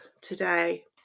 today